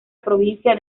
provincia